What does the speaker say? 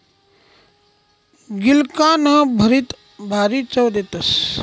गिलकानं भरीत भारी चव देस